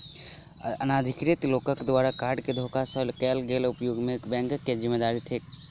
अनाधिकृत लोकक द्वारा कार्ड केँ धोखा सँ कैल गेल उपयोग मे बैंकक की जिम्मेवारी छैक?